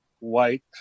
white